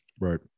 Right